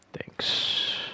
Thanks